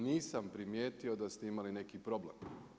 Nisam primijetio da ste imali neki problem.